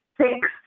six